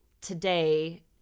today